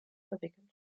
verwickelt